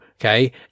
okay